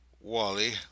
Wally